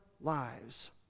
lives